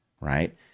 right